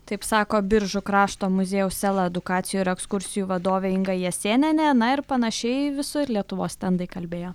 taip sako biržų krašto muziejaus sela edukacijų ir ekskursijų vadovė inga jasėnienė na ir panašiai visur lietuvos stendai kalbėjo